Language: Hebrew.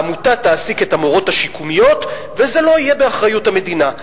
העמותה תעסיק את המורות השיקומיות וזה לא יהיה באחריות המדינה.